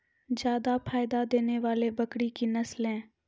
जादा फायदा देने वाले बकरी की नसले?